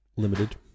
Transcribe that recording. limited